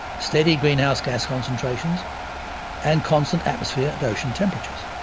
steady greenhouse gas concentrations and constant atmosphere and ocean temperatures.